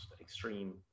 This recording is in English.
extreme